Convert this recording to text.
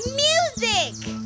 music